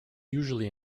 usually